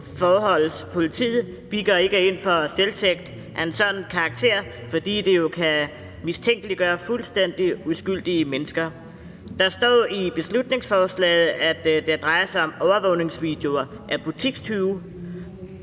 forbeholdes politiet. Vi går ikke ind for selvtægt af en sådan karakter, fordi det jo kan mistænkeliggøre fuldstændig uskyldige mennesker. Der står i beslutningsforslaget, at det drejer sig om overvågningsvideoer af butikstyve.